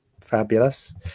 Fabulous